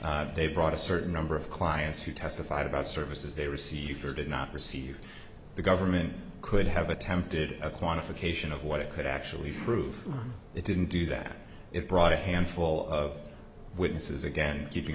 provide they brought a certain number of clients who testified about services they received her did not receive the government could have attempted a quantification of what it could actually prove they didn't do that it brought a handful of witnesses again keeping